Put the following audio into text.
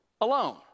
alone